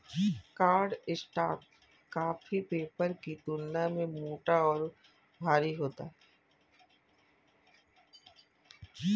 cardstock copy paper की तुलना में मोटा और भारी होता है